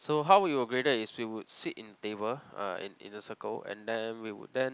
so how we were graded is we would sit in table uh in in a circle and then we would then